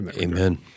Amen